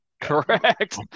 Correct